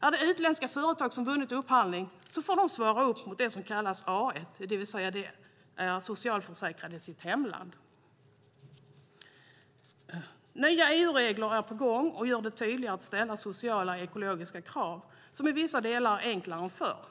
Är det utländska företag som vunnit upphandlingen får de svara mot det som kallas A l, det vill säga att de är socialförsäkrade i sitt hemland. Nya EU-regler är på gång som gör det tydligare att ställa sociala och ekologiska krav, som i vissa delar är enklare än förr.